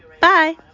Bye